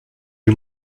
you